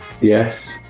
yes